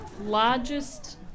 largest